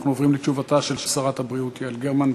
אנחנו עוברים לתשובתה של שרת הבריאות יעל גרמן.